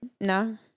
No